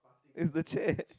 is the chat